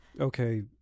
Okay